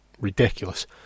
ridiculous